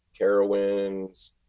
Carowinds